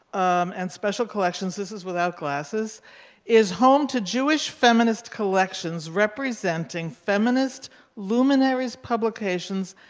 and special collections this is without glasses is home to jewish feminist collections representing feminist luminaries publications,